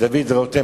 דוד רותם,